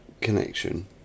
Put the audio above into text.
connection